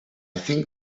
think